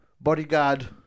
bodyguard